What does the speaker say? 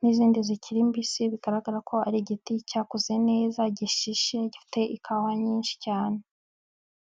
n'izindi zikiri mbisi bigaragara ko ari igiti cyakoze neza, gishishe, gifite ikawa nyinshi cyane.